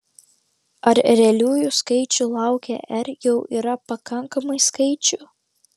ar realiųjų skaičių lauke r jau yra pakankamai skaičių